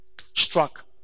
Struck